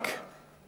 רק.